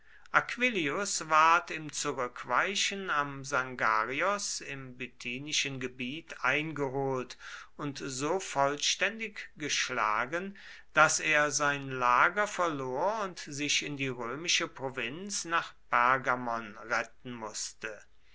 aquillius ward im zurückweichen am sangarios im bithynischen gebiet eingeholt und so vollständig geschlagen daß er sein lager verlor und sich in die römische provinz nach pergamon retten mußte